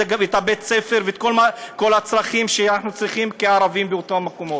גם את בית-הספר וכל הצרכים שאנחנו צריכים כערבים באותם מקומות,